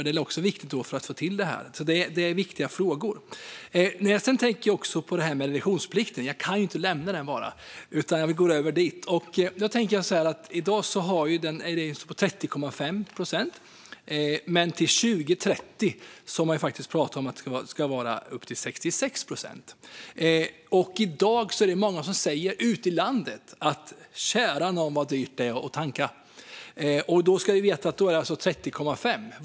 Det är också viktigt för att få till detta. Det här är viktiga frågor. Sedan tänker jag också på detta med reduktionsplikten; jag kan inte bara lämna den, utan jag går över dit. I dag är den på 30,5 procent, men till 2030 har man pratat om att den ska vara upp till 66 procent. I dag är det många ute i landet som säger: Kära nån, vad dyrt det är att tanka! Då är det alltså 30,5.